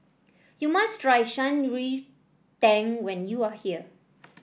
you must try Shan Rui Tang when you are here